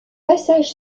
passage